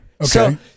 Okay